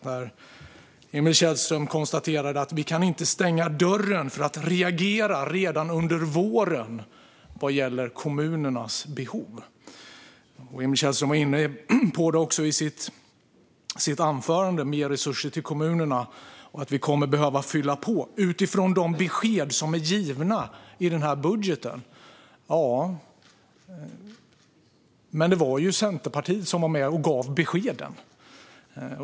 Vad gäller kommunernas behov konstaterade Emil Källström: "Vi kan inte stänga dörren för att reagera redan under våren." Emil Källström var också i sitt anförande inne på mer resurser till kommunerna och att vi kommer att behöva fylla på utifrån de besked som är givna i den här budgeten. Men det var ju Centerpartiet som var med och gav beskeden.